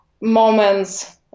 moments